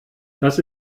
das